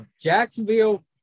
Jacksonville